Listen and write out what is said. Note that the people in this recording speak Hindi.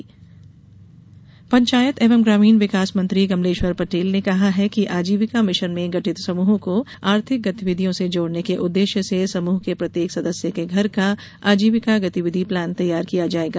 आजीविका मिशन पंचायत एवं ग्रामीण विकास मंत्री कमलेश्वर पटेल ने कहा है कि आजीविका मिशन में गठित समूहों को आर्थिक गतिविधियों से जोड़ने के उद्देश्य से समूह के प्रत्येक सदस्य के घर का आजीविका गतिविधि प्लान तैयार किया जायेगा